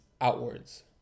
outwards